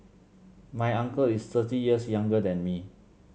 my uncle is thirty years younger than me